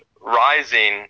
rising